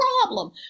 problem